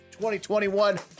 2021